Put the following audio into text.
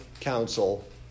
counsel